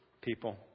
people